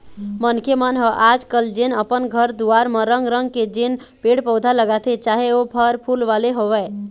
मनखे मन ह आज कल जेन अपन घर दुवार म रंग रंग के जेन पेड़ पउधा लगाथे चाहे ओ फर फूल वाले होवय